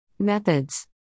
Methods